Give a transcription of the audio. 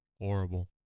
horrible